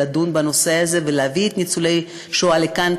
לדון בנושא הזה ולהביא את ניצולי השואה לכאן,